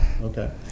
Okay